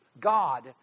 God